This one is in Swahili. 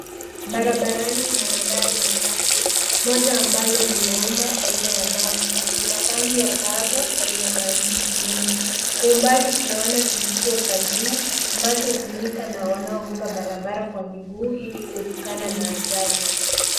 Barabarani kuna magari machache, moja ambalo ni la umma aina ya basi, lina rangi ya dhaabu na lina maandishi mingi. Umbali tunaona kivukio cha juu ambacho hutumika na wanaovuka barabara kwa miguu ili kuepukana na ajali.